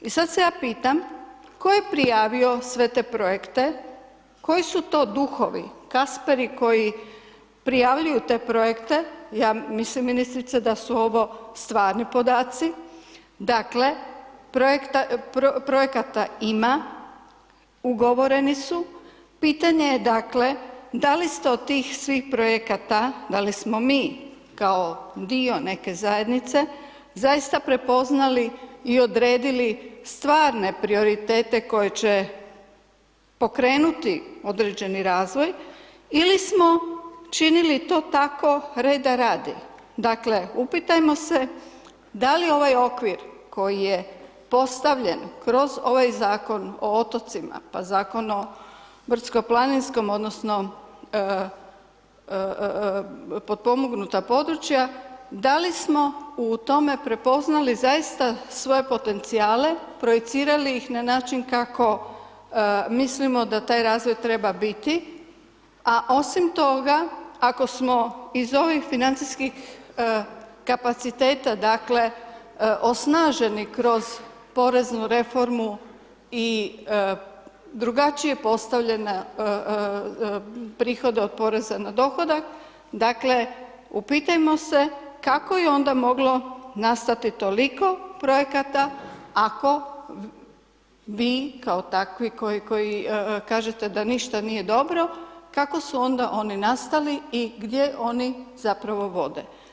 I sad se ja pitam tko je prijavio sve te projekte, koji su to duhovi, kasperi, koji prijavljuju te projekte, ja mislim ministrice da su ovo stvarni podaci, dakle, projekata ima, ugovoreni su, pitanje je, dakle, da li ste od tih svih projekata, da li smo mi kao dio neke zajednice, zaista prepoznali i odredili stvarne prioritete koje će pokrenuti određeni razvoj ili smo činili to tako reda radi, dakle, upitajmo se da li ovaj okvir koji je postavljen kroz ovaj Zakon o otocima, pa Zakon o brdsko planinskom odnosno potpomognuta područja, da li smo u tome prepoznali zaista svoje potencijale, projecirali ih na način kako mislimo da taj razvoj treba biti, a osim toga, ako smo iz ovih financijskih kapaciteta, dakle, osnaženi kroz poreznu reformu i drugačije postavljene prihode od poreza na dohodak, dakle, upitajmo se kako je onda moglo nastati toliko projekata ako vi kao takvi koji kažete da ništa nije dobro, kako su onda oni nastali i gdje oni zapravo vode.